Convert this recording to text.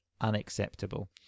unacceptable